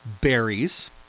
berries